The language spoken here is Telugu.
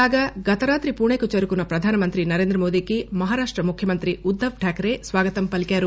కాగా గత రాత్రి పుణెకు చేరుకున్న ప్రధాన మంత్రి నరేంద్ర మోదీకి మహారాష్ణ ముఖ్యమంత్రి ఉద్గవ్ థాకరే స్వాగతం పలికారు